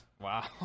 wow